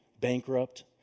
bankrupt